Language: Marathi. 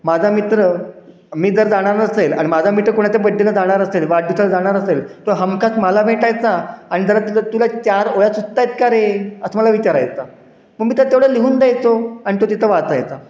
माझा मित्र मी जर जाणार असेल आणि माझा मित्र कोणाच्या बड्डेला जाणार असेल वाढदिवसाला जाणार असेल तो हमखास मला भेटायचा अन जरा तिथं तुला चारओळ्या सुचतायेत का रे असं मला विचारायचा मग मी तं तेवढं लिहून द्यायचो अन तो तिथं वाचायचा